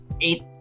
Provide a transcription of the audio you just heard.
eight